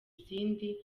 izindi